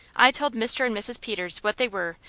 i told mr. and mrs. peters what they were,